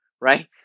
right